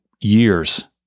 years